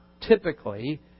typically